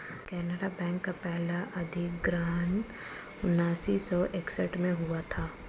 Canara bank का पहला अधिग्रहण उन्नीस सौ इकसठ में हुआ था